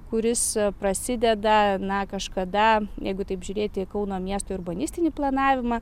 kuris prasideda na kažkada jeigu taip žiūrėti į kauno miesto urbanistinį planavimą